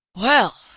well,